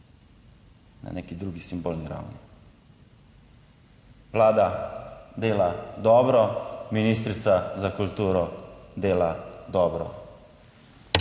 na neki drugi simbolni ravni Vlada dela dobro, ministrica za kulturo dela dobro.